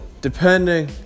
Depending